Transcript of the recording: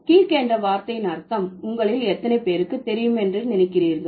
geek என்ற வார்த்தையின் அர்த்தம் உங்களில் எத்தனை பேருக்கு தெரியும் என்று நினைக்கிறீர்கள்